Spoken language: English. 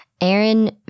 Aaron